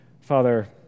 Father